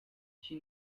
she